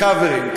קאברים.